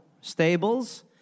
stables